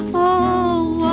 oh,